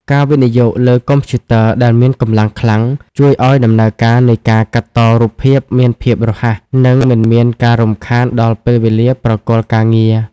ការវិនិយោគលើកុំព្យូទ័រដែលមានកម្លាំងខ្លាំង ជួយឱ្យដំណើរការនៃការកាត់តរូបភាពមានភាពរហ័ស និងមិនមានការរំខានដល់ពេលវេលាប្រគល់ការងារ។